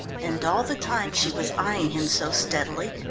and all the time she was eyeing him so steadily,